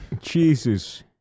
Jesus